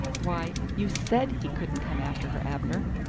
why you said he couldn't come after her, abner!